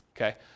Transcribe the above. Okay